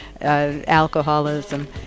alcoholism